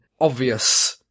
obvious